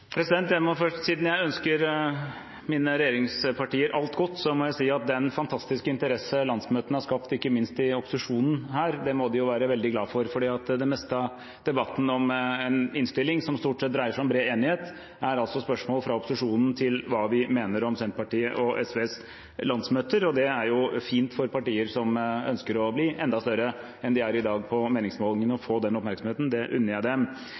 Siden jeg ønsker mine regjeringspartnere alt godt, må jeg si at den fantastiske interessen som landsmøtene har skapt – ikke minst i opposisjonen her – må de jo være veldig glad for. Det meste av debatten om en innstilling hvor det stort sett er bred enighet, er altså spørsmål fra opposisjonen om hva vi mener om Senterpartiets og SVs landsmøter, og det er jo fint for partier som ønsker å bli enda større enn de er i dag på meningsmålingene, å få den oppmerksomheten. Det unner jeg dem.